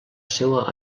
seua